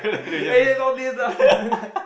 eh it's all these ah